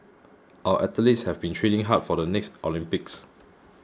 our athletes have been training hard for the next Olympics